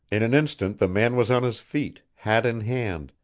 in an instant the man was on his feet, hat in hand,